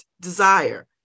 desire